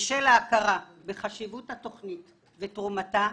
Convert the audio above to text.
בשל ההכרה בחשיבות התוכנית ותרומתה,